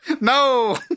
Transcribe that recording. No